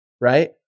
Right